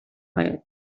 quiet